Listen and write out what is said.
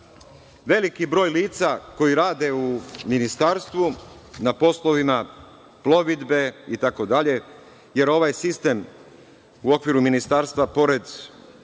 veliki broj lica koja rade u ministarstvu na poslovima plovidbe i slično, jer ovaj sistem u okviru ministarstva pored Lučke